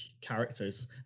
characters